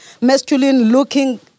masculine-looking